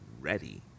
ready